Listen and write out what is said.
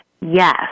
Yes